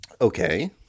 Okay